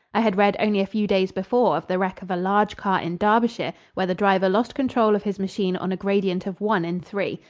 i had read only a few days before of the wreck of a large car in derbyshire where the driver lost control of his machine on a gradient of one in three.